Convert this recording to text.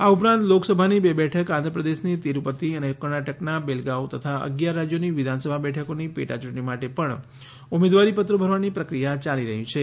આ ઉપરાંત લોકસભાની બે બેઠક આંધ્રપ્રદેશની તિરૂપતિ અને કર્ણાટકના બેળગાવ તથા અગિયાર રાજ્યોની વિધાનસભા બેઠકોની પેટા ચૂંટણી માટે પણ ઉમેદવારીપત્રો ભરવાની પ્રક્રિયા ચાલી રહી છે